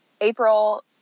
April